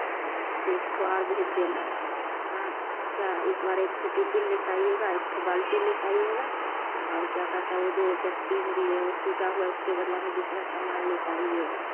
से एक ठो और भेज देना और क्या इस बार एक ठो टिपिन लेकर आईएगा एक ठो बाल्टी लेकर आईएगा और क्या कहता है वह जो डसबीन दिए वह टूटा हुआ उसके बदला में दूसरा सामान लेकर आईएगा